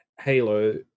Halo